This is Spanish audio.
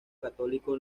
católico